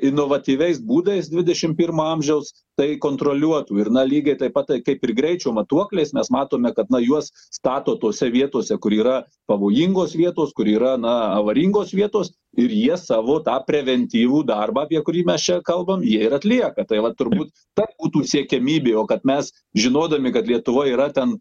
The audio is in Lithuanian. inovatyviais būdais dvidešim pirmo amžiaus tai kontroliuotų ir na lygiai taip pat kaip ir greičio matuokliais nes matome kad na juos stato tose vietose kur yra pavojingos vietos kur yra na avaringos vietos ir jie savo tą preventyvų darbą apie kurį mes čia kalbam jie ir atlieka tai va turbūt ta būtų siekiamybė o kad mes žinodami kad lietuvoj yra ten